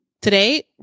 today